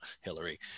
Hillary